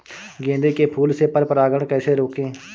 गेंदे के फूल से पर परागण कैसे रोकें?